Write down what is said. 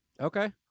Okay